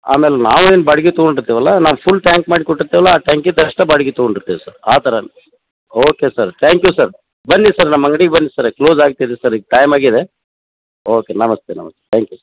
ಆಮೇಲೆ ನಾವೇನು ಬಾಡಿಗೆ ತೊಗೊಂಡಿರ್ತೀವಲ್ಲ ನಾವು ಫುಲ್ ಟ್ಯಾಂಕ್ ಮಾಡಿ ಕೊಟ್ಟಿರ್ತೀವಲ್ಲ ಆ ಟ್ಯಾಂಕಿಂದಷ್ಟೆ ಬಾಡಿಗೆ ತೊಗೊಂಡಿರ್ತೀವಿ ಸರ್ ಆ ಥರ okay sir thank you sir ಬನ್ನಿ ಸರ್ ನಮ್ಮ ಅಂಗ್ಡಿಗೆ ಬನ್ನಿ ಸರ್ ಕ್ಲೋಸ್ ಆಗ್ತಿದೆ ಸರ್ ಈಗ ಟೈಮ್ ಆಗಿದೆ ಓಕೆ ನಮಸ್ತೆ ನಮಸ್ತೆ ತ್ಯಾಂಕ್ ಯು